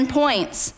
points